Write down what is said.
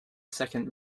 second